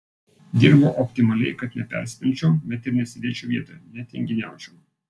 dirbau optimaliai kad nepersitempčiau bet ir nesėdėčiau vietoje netinginiaučiau